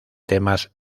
temas